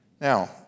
Now